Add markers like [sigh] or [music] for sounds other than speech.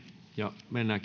mennään [unintelligible]